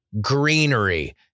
greenery